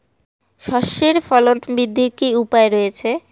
সর্ষের ফলন বৃদ্ধির কি উপায় রয়েছে?